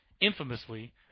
infamously